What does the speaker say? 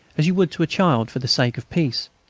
as you would to a child for the sake of peace.